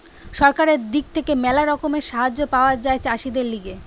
সরকারের দিক থেকে ম্যালা রকমের সাহায্য পাওয়া যায় চাষীদের লিগে